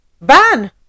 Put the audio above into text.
ban